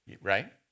Right